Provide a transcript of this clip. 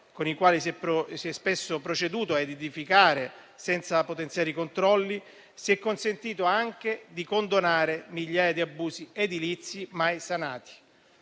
con i quali si è spesso proceduto a edificare senza potenziali controlli, si è consentito anche di condonare migliaia di abusi edilizi mai sanati.